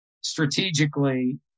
strategically